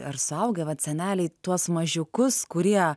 ar suaugę vat seneliai tuos mažiukus kurie